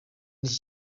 n’iki